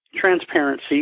transparency